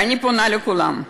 ואני פונה לכולם,